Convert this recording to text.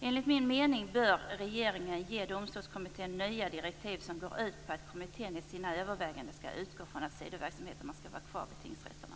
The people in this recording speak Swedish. Enligt min mening bör regeringen ge Domstolskommittén nya direktiv som går ut på att kommittén i sina överväganden skall utgå från att sidoverksamheterna skall vara kvar vid tingsrätterna.